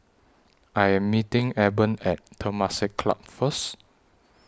I Am meeting Eben At Temasek Club First